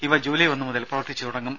ഇവ ജൂലൈ ഒന്ന് മുതൽ പ്രവർത്തിച്ചു തുടങ്ങും